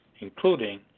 including